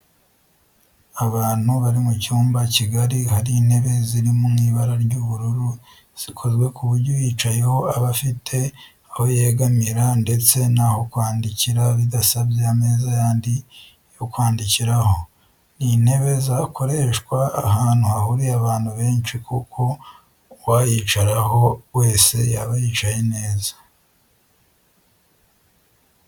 Abantu bari mu cyumba kigari hari intebe ziri mu ibara ry'ubururu zikozwe ku buryo uyicayeho aba afite aho yegamira ndetse n'aho kwandikira bidasabye ameza yandi yo kwandikiraho. Ni intebe zakoreshwa ahantu hahuriye abantu benshi kuko uwayicaraho wese yaba yicaye neza